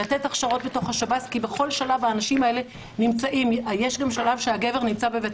לתת הכשרות בתוך שירות בתי הסוהר כי יש גם שלב שהגבר נמצא בבית